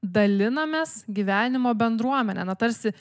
dalinamės gyvenimo bendruomene na tarsi